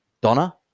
Donna